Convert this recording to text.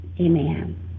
Amen